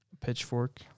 Pitchfork